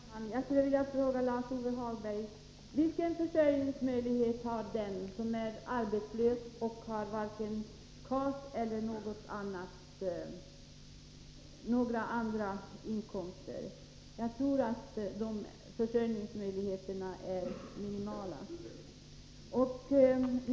Fru talman! Jag skulle vilja fråga Lars-Ove Hagberg: Vilken försörjningsmöjlighet har den som är arbetslös och har varken KAS eller några andra inkomster? De försörjningsmöjligheterna är minimala.